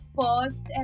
first